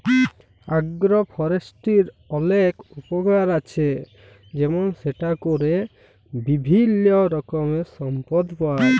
আগ্র ফরেষ্ট্রীর অলেক উপকার আছে যেমল সেটা ক্যরে বিভিল্য রকমের সম্পদ পাই